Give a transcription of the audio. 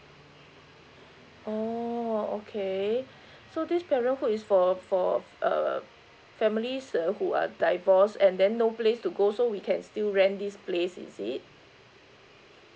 oh okay so this parenthood is for for uh families uh who are divorced and then no place to go so we can still rent this place is it